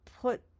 Put